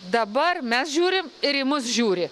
dabar mes žiūrim ir į mus žiūri